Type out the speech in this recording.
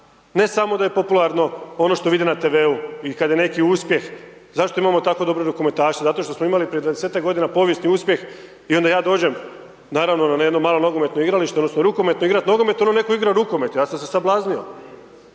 Ne samo da je popularno ono što vide na TV-u i kada je neki uspjeh zašto imamo tako dobre rukometaše, zato što smo imali prije 20-ak godina povijesni uspjeh. I onda ja dođem naravno na jedno malo nogometno igralište, odnosno rukometno igrati nogomet ono netko igra rukomet, ja sam se sablaznio.